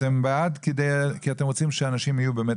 אתם בעד כי אתם רוצים שאנשים יהיו באמת